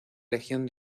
legión